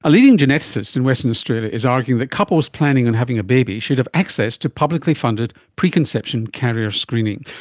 a leading geneticist in western australia is arguing that couples planning on having a baby should have access to publicly funded preconception carrier screening.